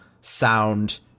sound